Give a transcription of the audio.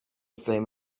same